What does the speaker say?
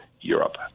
Europe